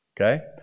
Okay